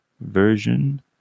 version